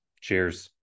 Cheers